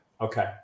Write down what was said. Okay